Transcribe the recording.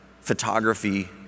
photography